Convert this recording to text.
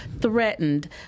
threatened